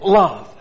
love